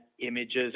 images